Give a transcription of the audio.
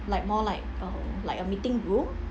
like more like a like a meeting room